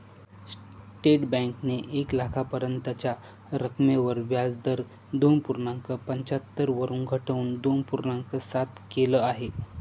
state बँकेने एक लाखापर्यंतच्या रकमेवर व्याजदर दोन पूर्णांक पंच्याहत्तर वरून घटवून दोन पूर्णांक सात केल आहे